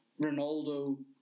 Ronaldo